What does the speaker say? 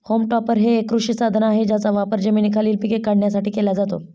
home topper हे एक कृषी साधन आहे ज्याचा वापर जमिनीखालील पिके काढण्यासाठी केला जातो